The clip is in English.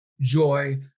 joy